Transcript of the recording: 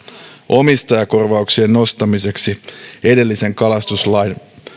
omistajakorvauksien nostamiseksi edellisen kalastuslain